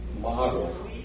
model